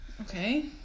Okay